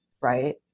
Right